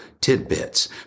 tidbits